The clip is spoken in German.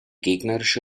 gegnerische